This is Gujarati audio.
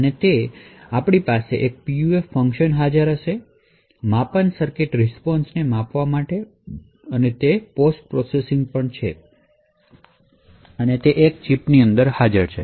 એટ્લે કે આપણી પાસે એક ચિપમાં એક પીયુએફફંક્શન હશે રિસ્પોન્સને માપવા માટે માપન સર્કિટ અને પોસ્ટ પ્રોસેસીંગ પણ તે એક ચિપની અંદર હાજર છે